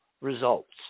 results